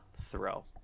throw